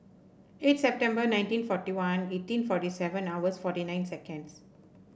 eight September nineteen forty one eighteen forty seven hours forty nine seconds